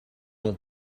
ont